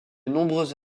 nombreuses